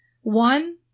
One